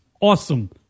awesome